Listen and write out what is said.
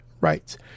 rights